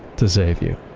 to save you